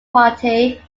party